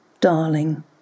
Darling